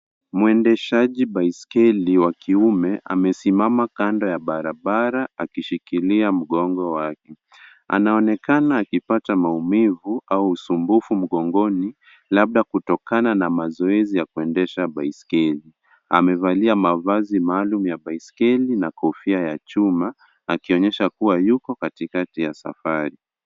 Mwendeshaji baiskeli wa kiume amesimama kando ya barabara akishikilia mgongo wake. Anaonekana akipata maumivu au usumbufu mgongoni labda kutokana na mazoezi ya kuendesha baiskeli. Amevalia mavazi maalum ya baiskeli na kofia ya chuma, akionyesha kuwa yuko katikati ya safari.